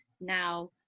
now